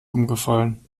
umgefallen